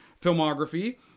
filmography